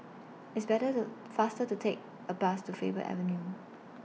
It's Better to faster to Take A Bus to Faber Avenue